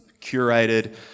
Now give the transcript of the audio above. curated